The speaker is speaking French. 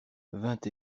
vingt